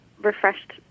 refreshed